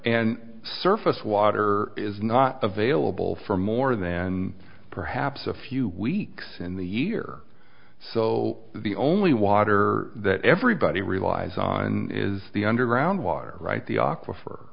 and surface water is not available for more than perhaps a few weeks in the year so the only water that everybody relies on is the underground water right the